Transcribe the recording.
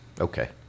Okay